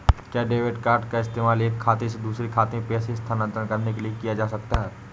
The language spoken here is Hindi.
क्या डेबिट कार्ड का इस्तेमाल एक खाते से दूसरे खाते में पैसे स्थानांतरण करने के लिए किया जा सकता है?